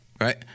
Right